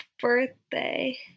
birthday